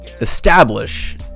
establish